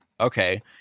okay